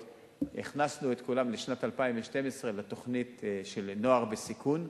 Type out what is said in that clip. הכנסנו את כולן בשנת 2012 לתוכנית של נוער בסיכון,